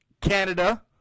Canada